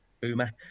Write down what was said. Uma